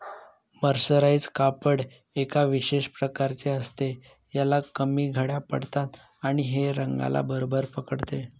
mercerise कापड एका विशेष प्रकारचे असते, ह्याला कमी घड्या पडतात आणि हे रंगाला बरोबर पकडते